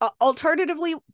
Alternatively